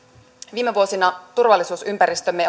viime vuosina turvallisuusympäristömme